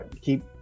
keep